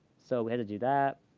so we had to do that.